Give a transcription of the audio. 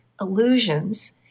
illusions